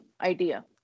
idea